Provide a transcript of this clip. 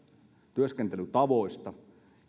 työskentelytavoista